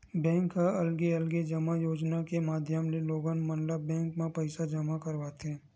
bank ह अलगे अलगे जमा योजना के माधियम ले लोगन मन ल बेंक म पइसा जमा करवाथे